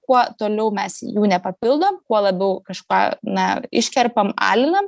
kuo toliau mes jų nepapildom kuo labiau kažką na iškerpam alinam